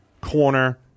corner